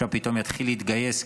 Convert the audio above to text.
עכשיו פתאום יתחיל להתגייס,